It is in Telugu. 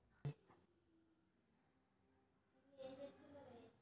ఆర్.టి.జి.ఎస్ అంటే ఏమిటి?